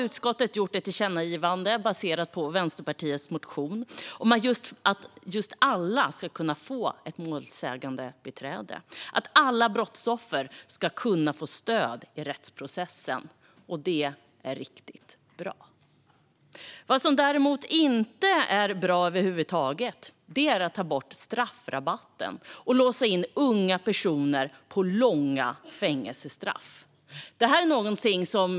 Utskottet har gjort ett tillkännagivande, baserat på Vänsterpartiets motion, om att alla ska kunna få ett målsägandebiträde och att alla brottsoffer ska kunna få stöd i rättsprocessen, och det är riktigt bra. Vad som däremot inte är bra över huvud taget är att ta bort straffrabatten och låsa in unga personer på långa fängelsestraff.